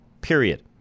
Period